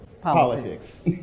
politics